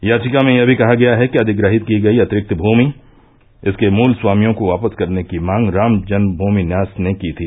याचिका में यह भी कहा गया है कि अधिग्रहित की गई अतिरिक्ति भूमि इसके मूल स्वामियों को वापस करने की मांग राम जन्मभूमि न्यास ने की थी